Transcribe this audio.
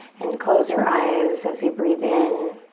and close your eyes as you breathe in